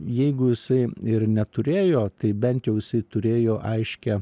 jeigu jisai ir neturėjo tai bent jau jisai turėjo aiškią